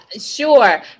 Sure